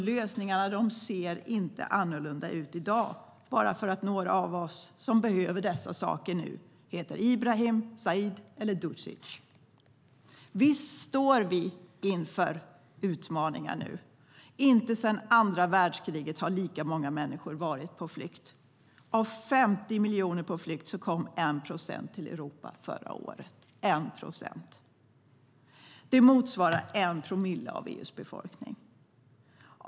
Lösningarna ser inte annorlunda ut i dag bara för att några av oss som behöver dessa saker nu heter Ibrahim, Said eller Dusic.Visst står vi nu inför utmaningar. Inte sedan andra världskriget har lika många människor varit på flykt. Av 50 miljoner på flykt kom 1 procent till Europa förra året. Det motsvarar 1 promille av EU:s befolkning.